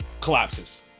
collapses